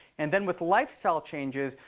and then with lifestyle changes,